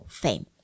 fame